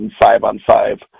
five-on-five